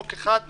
חוק אחד להכול.